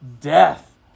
death